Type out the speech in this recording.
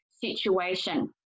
situation